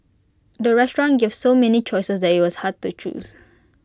the restaurant gave so many choices that IT was hard to choose